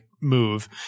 move